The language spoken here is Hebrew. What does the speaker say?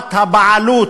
בצורת הבעלות